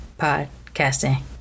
podcasting